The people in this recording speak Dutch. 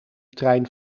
trein